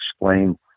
explain